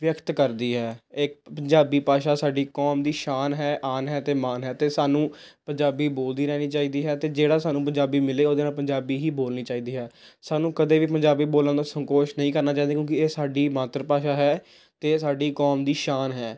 ਵਿਅਕਤ ਕਰਦੀ ਹੈ ਇਹ ਪੰਜਾਬੀ ਭਾਸ਼ਾ ਸਾਡੀ ਕੌਮ ਦੀ ਸ਼ਾਨ ਹੈ ਆਨ ਹੈ ਅਤੇ ਮਾਣ ਹੈ ਅਤੇ ਸਾਨੂੰ ਪੰਜਾਬੀ ਬੋਲਦੀ ਰਹਿਣੀ ਚਾਹੀਦੀ ਹੈ ਅਤੇ ਜਿਹੜਾ ਸਾਨੂੰ ਪੰਜਾਬੀ ਮਿਲੇ ਉਹਦੇ ਨਾਲ ਪੰਜਾਬੀ ਹੀ ਬੋਲਣੀ ਚਾਹੀਦੀ ਹੈ ਸਾਨੂੰ ਕਦੇ ਵੀ ਪੰਜਾਬੀ ਬੋਲਣ ਦਾ ਸੰਕੋਚ ਨਹੀਂ ਕਰਨਾ ਚਾਹੀਦਾ ਕਿਉਂਕਿ ਇਹ ਸਾਡੀ ਮਾਤਰ ਭਾਸ਼ਾ ਹੈ ਅਤੇ ਇਹ ਸਾਡੀ ਕੌਮ ਦੀ ਸ਼ਾਨ ਹੈ